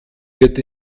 wird